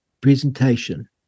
presentation